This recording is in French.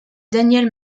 daniel